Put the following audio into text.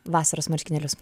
vasaros marškinėlius